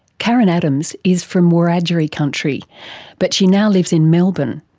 karen adams is from wiradjuri country but she now lives in melbourne.